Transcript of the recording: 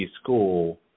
school